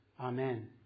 Amen